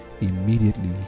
immediately